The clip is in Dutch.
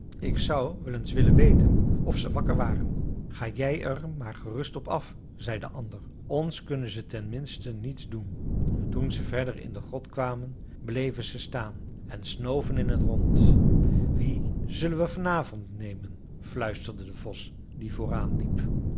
ik zou wel eens willen weten of ze wakker waren ga jij er maar gerust op af zei de ander ons kunnen ze ten minste niets doen toen ze verder in de grot kwamen bleven ze staan en snoven in t rond wien zullen we vanavond nemen fluisterde de vos die vooraan liep